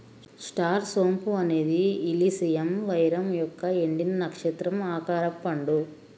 star సోంపు అనేది ఇలిసియం వెరమ్ యొక్క ఎండిన, నక్షత్రం ఆకారపు పండు